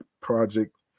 project